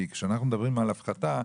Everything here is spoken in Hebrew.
כאשר אנחנו מדברים על הפחתה,